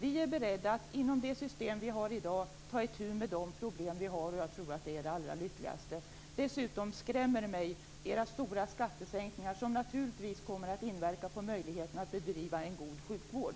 Vi är beredda att inom det system vi har i dag ta itu med de problem vi har, och jag tror att det är det allra lyckligaste. Era stora skattesänkningar skrämmer mig. De kommer naturligtvis att inverka på möjligheten att bedriva en god sjukvård.